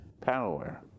Power